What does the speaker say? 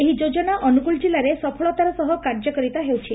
ଏହି ଯୋଜନା ଅନୁଗୁଳ ଜିଲ୍ଲାରେ ସଫଳତାର ସହ କାର୍ଯ୍ୟକାରିତା ହେଉଛି